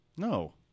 No